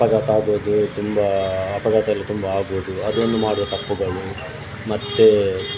ಅಪಘಾತ ಆಗುವುದು ತುಂಬ ಅಪಘಾತ ಎಲ್ಲ ತುಂಬ ಆಗ್ಬೋದು ಅದೊಂದು ಮಾಡುವ ತಪ್ಪುಗಳು ಮತ್ತೆ